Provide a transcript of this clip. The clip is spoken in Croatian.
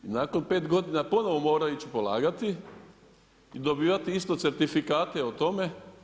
Nakon pet godina ponovo moraju ići polagati i dobivati isto certifikate o tome.